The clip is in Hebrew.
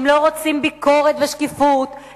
הם לא רוצים ביקורת ושקיפות,